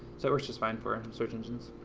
so it works just fine for search engines.